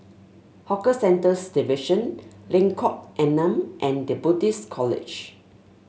Hawker Centres Division Lengkok Enam and The Buddhist College